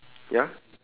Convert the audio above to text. ya